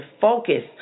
focus